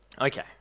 Okay